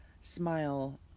smile